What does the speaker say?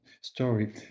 story